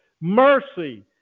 Mercy